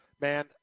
Man